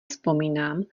vzpomínám